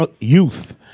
youth